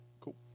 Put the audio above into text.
cool